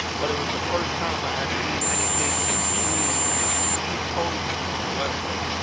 but it was the first time i had seen anything in between the east coast and the west coast.